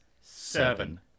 seven